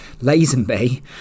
Lazenby